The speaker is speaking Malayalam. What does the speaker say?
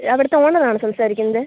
അവിടുത്ത ഓണർ ആണോ സംസാരിക്കുന്നത്